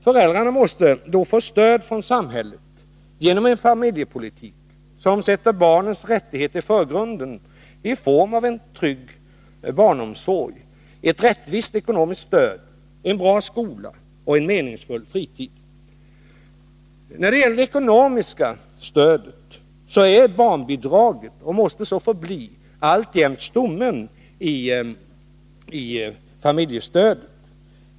Föräldrarna måste då få stöd från samhället genom en familjepolitik som sätter barnens rättigheter i förgrunden i form av en trygg barnomsorg, ett rättvist ekonomiskt stöd, en bra skola och en meningsfull fritid. När det gäller det ekonomiska stödet är barnbidraget och måste alltjämt förbli stommen i familjestödet.